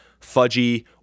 fudgy